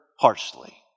harshly